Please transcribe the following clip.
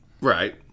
Right